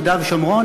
יהודה ושומרון,